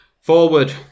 Forward